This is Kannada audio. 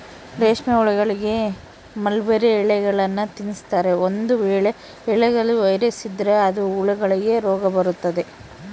ರೇಷ್ಮೆಹುಳಗಳಿಗೆ ಮಲ್ಬೆರ್ರಿ ಎಲೆಗಳ್ನ ತಿನ್ಸ್ತಾರೆ, ಒಂದು ವೇಳೆ ಎಲೆಗಳ ವೈರಸ್ ಇದ್ರ ಅದು ಹುಳಗಳಿಗೆ ರೋಗಬರತತೆ